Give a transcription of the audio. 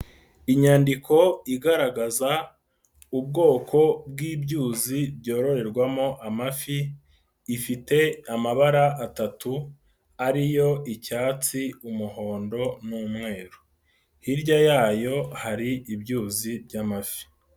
Inyandiko igaragaza ubwoko bw'ibyuzi byororerwamo amafi, ifite amabara atatu ari yo: icyatsi, umuhondo n'umweru. Hirya yayo hari ibyuzi by'amafi.